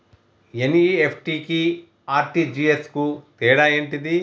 NEFT కి RTGS కు తేడా ఏంటిది?